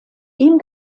ihm